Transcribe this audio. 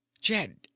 jed